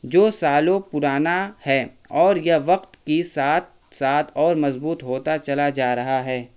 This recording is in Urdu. جو سالوں پرانا ہے اور یہ وقت کی سات سات اور مضبوط ہوتا چلا جا رہا ہے